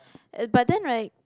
uh but then right